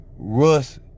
Russ